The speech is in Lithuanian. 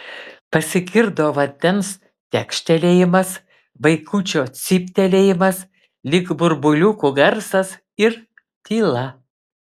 pasigirdo vandens tekštelėjimas vaikučio cyptelėjimas lyg burbuliukų garsas ir tyla